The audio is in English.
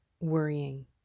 Worrying